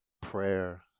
prayer